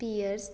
pears